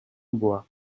bois